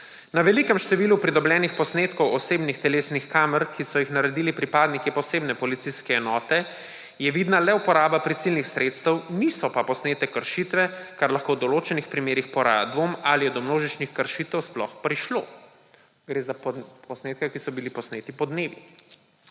»Na velikem številu pridobljenih posnetkov osebnih telesnih kamer, ki so jih naredili pripadniki posebne policijske enote, je vidna le uporaba prisilnih sredstev, niso pa posnete kršitve, kar lahko v določenih primerih poraja dvom, ali je do množičnih kršitev sploh prišlo.« Gre za posnetke, ki so bili posneti podnevi.